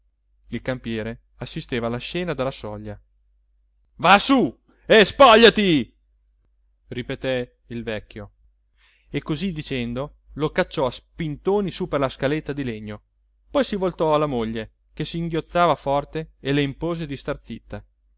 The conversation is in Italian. il campiere assisteva alla scena dalla soglia va su e spogliati ripeté il vecchio e così dicendo lo cacciò a spintoni su per la scaletta di legno poi si voltò alla moglie che singhiozzava forte e le impose di star zitta